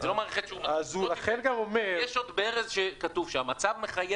זו לא מערכת שהוא --- יש עוד ברז שכתוב שם.